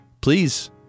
please